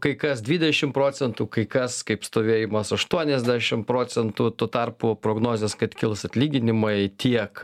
kai kas dvidešimt procentų kai kas kaip stovėjimas aštuoniasdešimt procentų tuo tarpu prognozės kad kils atlyginimai tiek